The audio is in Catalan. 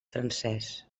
francès